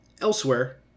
elsewhere